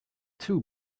too